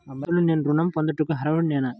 అసలు నేను ఋణం పొందుటకు అర్హుడనేన?